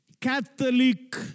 Catholic